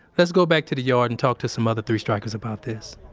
let's go back to the yard and talk to some other three strikers about this.